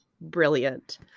Brilliant